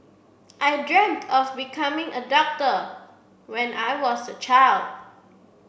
I dreamt of becoming a doctor when I was a child